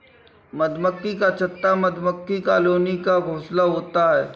मधुमक्खी का छत्ता मधुमक्खी कॉलोनी का घोंसला होता है